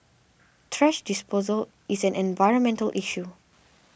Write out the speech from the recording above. thrash disposal is an environmental issue